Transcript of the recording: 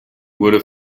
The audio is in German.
wurde